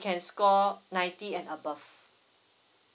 can score ninety and above